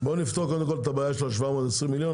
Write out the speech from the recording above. בוא נפתור קודם את הבעיה של ה-720 מיליון,